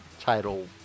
title